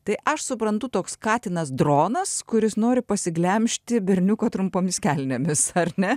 tai aš suprantu toks katinas dronas kuris nori pasiglemžti berniuko trumpomis kelnėmis ar ne